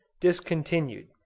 discontinued